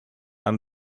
and